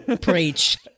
preach